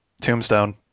Tombstone